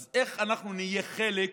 אז איך אנחנו נהיה חלק,